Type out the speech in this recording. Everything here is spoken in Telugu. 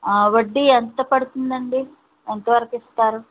ఆ వడ్డీ ఎంత పడుతుంది అండి ఎంత వరకు ఇస్తారు